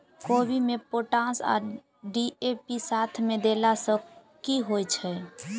कोबी मे पोटाश आ डी.ए.पी साथ मे देला सऽ की होइ छै?